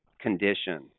condition